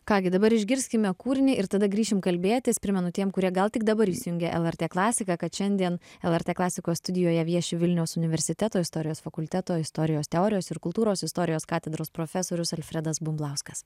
ką gi dabar išgirskime kūrinį ir tada grįšim kalbėtis primenu tiem kurie gal tik dabar įsijungė lrt klasiką kad šiandien lrt klasikos studijoje vieši vilniaus universiteto istorijos fakulteto istorijos teorijos ir kultūros istorijos katedros profesorius alfredas bumblauskas